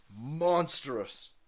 monstrous